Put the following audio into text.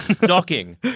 Docking